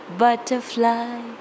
butterfly